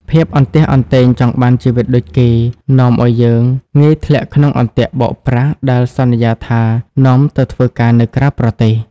ភាពអន្ទះអន្ទែងចង់បានជីវិតដូចគេ នាំឱ្យយើងងាយធ្លាក់ក្នុងអន្ទាក់បោកប្រាស់ដែលសន្យាថានាំទៅធ្វើការនៅក្រៅប្រទេស។